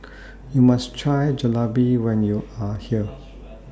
YOU must Try Jalebi when YOU Are here